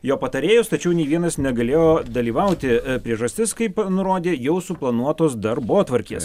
jo patarėjus tačiau nei vienas negalėjo dalyvauti priežastis kaip nurodė jau suplanuotos darbotvarkės